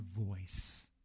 voice